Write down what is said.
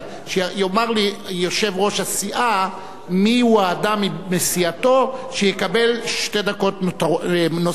שיאמר לי יושב-ראש הסיעה מי הוא האדם מסיעתו שיקבל שתי דקות נוספות.